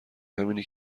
همینه